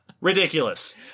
Ridiculous